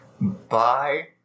Bye